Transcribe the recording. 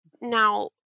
now